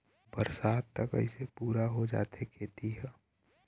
बरसात तक अइसे पुरा हो जाथे खेती ह